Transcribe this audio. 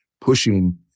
pushing